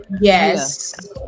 yes